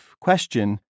Question